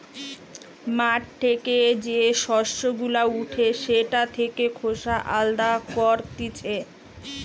মাঠ থেকে যে শস্য গুলা উঠে সেটা থেকে খোসা আলদা করতিছে